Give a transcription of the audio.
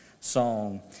song